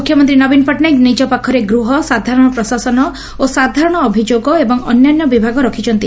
ମୁଖ୍ୟମନ୍ତୀ ନବୀନ ପଟ୍ଟନାୟକ ନିଜ ପାଖରେ ଗୃହ ସାଧାରଣ ପ୍ରଶାସନ ଓ ସାଧାରଣ ଅଭିଯୋଗ ଏବଂ ଅନ୍ୟାନ୍ୟ ବିଭାଗ ରଖିଛନ୍ତି